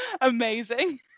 Amazing